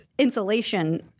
Insulation